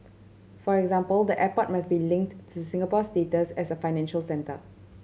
for example the airport must be linked to Singapore's status as a financial centre